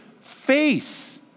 face